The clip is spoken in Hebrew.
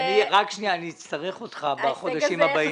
אני אצטרך אותך בחודשים הבאים.